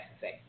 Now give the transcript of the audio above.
say